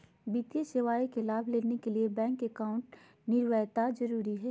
वित्तीय सेवा का लाभ लेने के लिए बैंक अकाउंट अनिवार्यता जरूरी है?